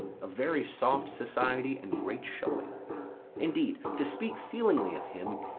of very soft society and great showing indeed, to speak feelingly of him,